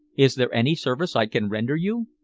is there any service i can render you?